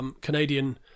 Canadian